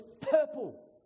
purple